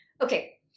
okay